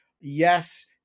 Yes